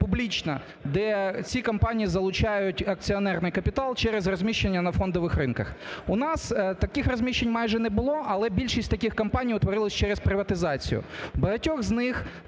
де ці компанії залучають акціонерний капітал через розміщення на фондових ринках. У нас таких розміщень майже не було, але більшість таких компаній утворилась через приватизацію. В багатьох з них